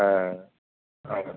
ஆ ஆ